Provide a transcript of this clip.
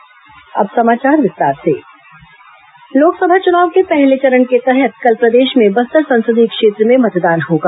बस्तर चुनाव लोकसभा चुनाव के पहले चरण के तहत कल प्रदेश में बस्तर संसदीय क्षेत्र में मतदान होगा